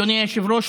אדוני היושב-ראש,